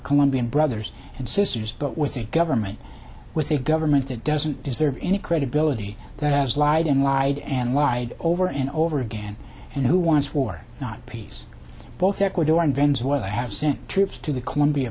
colombian brothers and sisters but with the government was a government that doesn't deserve any credibility that has lied and lied and lied over and over again and who wants war not peace both ecuador venezuela have sent troops to the colombia